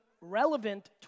relevant